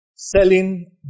selling